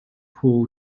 paul